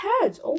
heads